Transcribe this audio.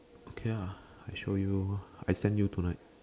okay ah I show you I send you tonight